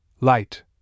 light